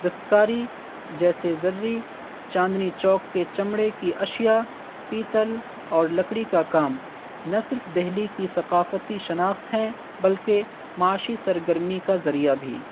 دستکاری جیسے زرریی چاندنی چوک کے چمڑے کی اشیاء پیتل اور لکڑی کا کام نہ صرف دہلی کی ثقافتی شناخت ہیں بلکہ معاشی سرگرمی کا ذریعہ بھی